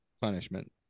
punishment